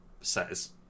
says